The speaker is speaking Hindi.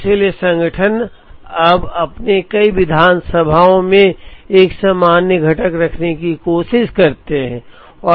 इसलिए संगठन अब अपनी कई विधानसभाओं में एक सामान्य घटक रखने की कोशिश करते हैं